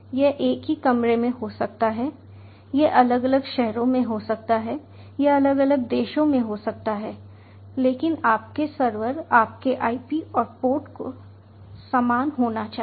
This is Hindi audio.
यह एक ही कमरे में हो सकता है यह अलग अलग शहरों में हो सकता है यह अलग अलग देशों में हो सकता है लेकिन आपके सर्वर आपके IP और पोर्ट को समान होना चाहिए